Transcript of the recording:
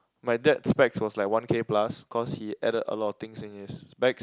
my dad's specs was like one K plus cause he added a lot of things in his specs